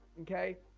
okay,